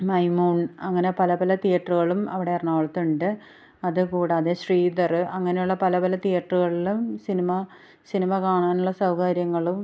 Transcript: മൈമൂൺ അങ്ങനെ പല പല തീയേറ്ററുകളും അവിടെ എറണാകുളത്ത് ഉണ്ട് അതുകൂടാതെ ശ്രീധർ അങ്ങനെയുള്ള പല പല തീയേറ്ററുകളിലും സിനിമ സിനിമ കാണാനുള്ള സൗകര്യങ്ങളും